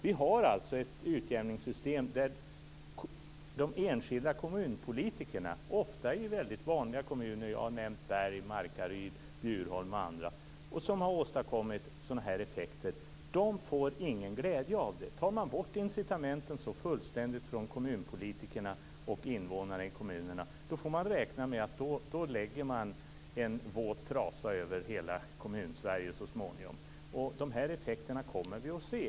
Vi har alltså ett utjämningssystem där de enskilda kommunpolitikerna - ofta i väldigt vanliga kommuner; jag har nämnt Berg, Markaryd, Bjurholm och andra - som har åstadkommit sådana här effekter inte får någon glädje av det. Tar man bort incitamenten så fullständigt från kommunpolitikerna och kommuninvånarna får man räkna med att man så småningom lägger en våt trasa över hela Kommun-Sverige. De här effekterna kommer vi att se.